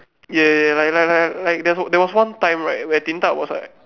ya ya ya like like like like there was one time right where Din-Tat was like